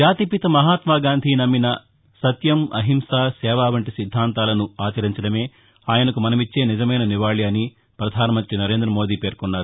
జాతిపిత మహాత్వాగాంధీ నమ్మిన సత్యం అహింస సేవ వంటి సిద్దాంతాలను ఆచరించడమే ఆయసకు మనమిచ్చే నిజమైన నివాళి అని ప్రధానమంతి నరేంద్రమోదీ పేర్కొన్నారు